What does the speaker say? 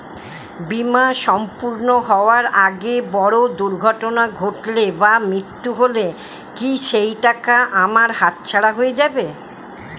বীমা সম্পূর্ণ হওয়ার আগে বড় দুর্ঘটনা ঘটলে বা মৃত্যু হলে কি সেইটাকা আমার হাতছাড়া হয়ে যাবে?